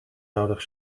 nodig